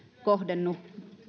kohdennu